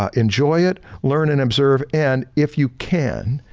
ah enjoy it, learn and observe and if you can,